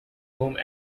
home